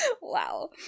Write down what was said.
Wow